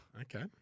Okay